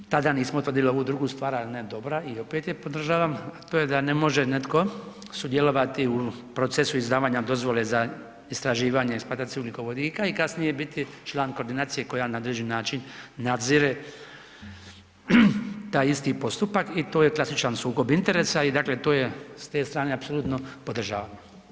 Tada nismo to ... ona je dobra i opet je podržavam, to je da ne može netko sudjelovati u procesu izdavanja dozvole za istraživanje i eksploataciju ugljikovodika i kasnije biti član koordinacije koja na određeni način nadzire taj isti postupak i to je klasičan sukob interesa i dakle to je s te strane apsolutno podržavam.